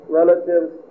relatives